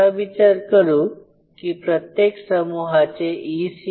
असा विचार करू की प्रत्येक समूहाचे E